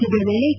ಇದೇ ವೇಳೆ ಕೆ